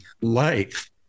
life